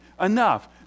enough